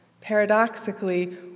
paradoxically